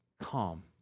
calm